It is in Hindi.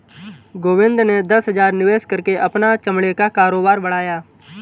गोविंद ने दस हजार निवेश करके अपना चमड़े का कारोबार बढ़ाया